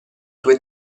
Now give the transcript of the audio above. tue